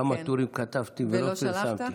כמה טורים כתבתי ולא פרסמתי.